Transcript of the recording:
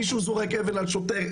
מישהו זורק אבן על שוטר,